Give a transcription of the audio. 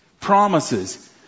Promises